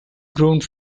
groomed